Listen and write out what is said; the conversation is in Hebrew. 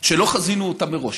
שלא חזינו אותה מראש.